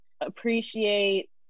appreciate